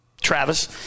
Travis